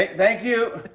ah t-thank you.